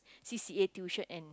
C_C_A tuition and